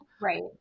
Right